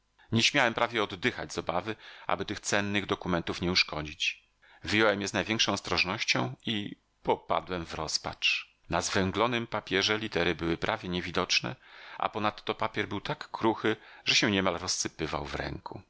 nie śmiałem prawie oddychać z obawy aby tych cennych dokumentów nie uszkodzić wyjąłem je z największą ostrożnością i popadłem w rozpacz na zwęglonym papierze litery były prawie niewidoczne a ponadto papier był tak kruchy że się niemal rozsypywał w ręku